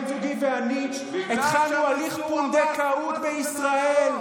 בן זוגי ואני התחלנו הליך פונדקאות בישראל,